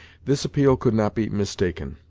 this appeal could not be mistaken.